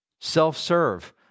Self-serve